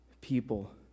people